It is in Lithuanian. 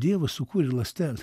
dievas sukūrė ląstelę